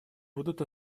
будут